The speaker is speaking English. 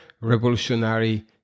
revolutionary